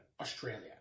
Australia